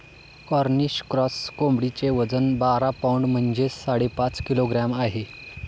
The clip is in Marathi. कॉर्निश क्रॉस कोंबडीचे वजन बारा पौंड म्हणजेच साडेपाच किलोग्रॅम आहे